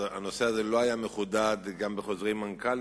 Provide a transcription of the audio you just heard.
הנושא הזה לא היה מחודד גם בחוזרי מנכ"ל,